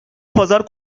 pazar